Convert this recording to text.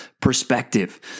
perspective